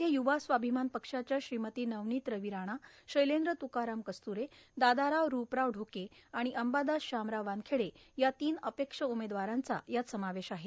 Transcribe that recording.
यामध्ये युवा स्वाभिमान पक्षाच्या श्रीमती नवनीत रवी राणा शैलेंद्र तुकाराम कस्तुरे दादाराव रूपराव दोके आणि अंबादास शामराव वानखेडे या तीन अपक्ष उमेदवारांचा यात समावेश आहे